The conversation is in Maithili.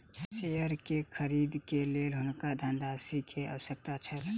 शेयर के खरीद के लेल हुनका धनराशि के आवश्यकता छल